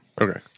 Okay